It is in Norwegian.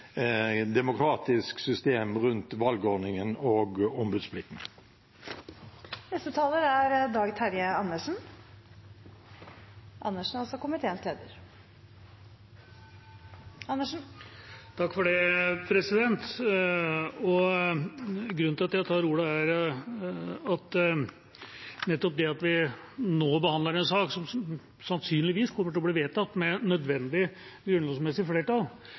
demokratisk system rundt valgordningen og ombudsplikten. Grunnen til at jeg tar ordet, er at jeg synes at nettopp det at vi nå behandler en sak som sannsynligvis kommer til å bli vedtatt med et nødvendig grunnlovsmessig flertall,